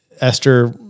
Esther